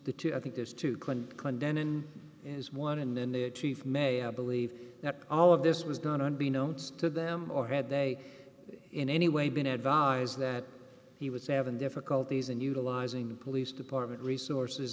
the two i think there's two clinton is one and then the chief may i believe that all of this was done unbeknownst to them or had they in any way been advised that he was having difficulties and utilizing the police department resources